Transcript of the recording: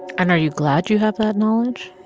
and are you glad you have that knowledge?